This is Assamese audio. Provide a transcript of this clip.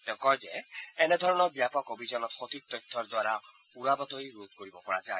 তেওঁ কয় যে এনেধৰণৰ ব্যাপক অভিযানত সঠিক তথ্যৰ দ্বাৰা উৰা বাতৰি ৰোধ কৰিব পৰা যায়